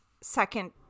second